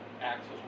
Axles